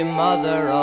mother